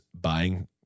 buying